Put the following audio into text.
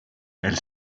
elle